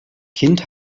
kind